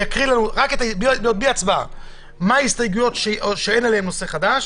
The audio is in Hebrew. הוא יקרא רק את ההסתייגויות שאין עליהן טענה של נושא חדש